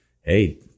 Hey